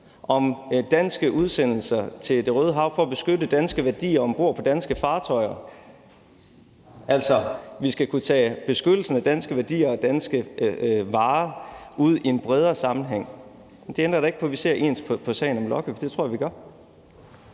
om danske udsendelser til Det Røde Hav for at beskytte danske værdier. Altså, vi skal kunne tage beskyttelsen af danske værdier og danske varer ud i en bredere sammenhæng. Det ændrer da ikke på, at vi ser ens på sagen om Lucky, for det tror jeg vi gør.